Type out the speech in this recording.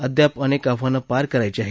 अद्याप अनेक आव्हानं पार करायची आहेत